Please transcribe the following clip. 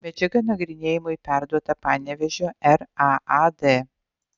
medžiaga nagrinėjimui perduota panevėžio raad